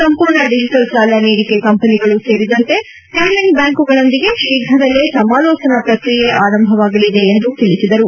ಸಂಪೂರ್ಣ ಡಿಜಟಲ್ ಸಾಲ ನೀಡಿಕೆ ಕಂಪೆನಿಗಳು ಸೇರಿದಂತೆ ಪೇಮೆಂಟ್ ಬ್ಲಾಂಕುಗಳೊಂದಿಗೆ ತೀಪ್ರದಲ್ಲೇ ಸಮಾಲೋಚನಾ ಪ್ರಕ್ರಿಯೆ ಆರಂಭವಾಗಲಿದೆ ಎಂದು ತಿಳಿಸಿದರು